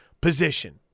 Position